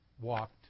walked